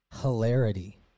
hilarity